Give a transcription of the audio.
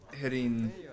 hitting